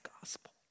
gospel